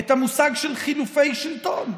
את המושג חילופי שלטון.